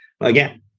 again